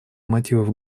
мотивов